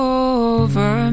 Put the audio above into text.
over